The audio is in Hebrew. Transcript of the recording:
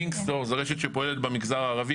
קינג סטור זה רשת שפועלת במגזר הערבי,